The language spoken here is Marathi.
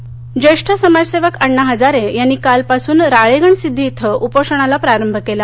हजारे ज्येष्ठ समाजसेवक अण्णा हजारे यांनी कालपासून राळेगणसिद्धी इथं उपोषणाला प्रारंभ केला